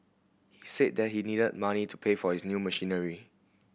he said that he needed the money to pay for his new machinery